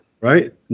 Right